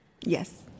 Yes